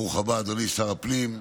ברוך הבא, אדוני שר הפנים.